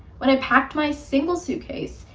when i packed my single suitcase,